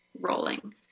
rolling